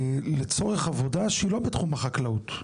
לצורך עבודה שהיא לא בתחום החקלאות.